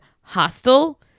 hostile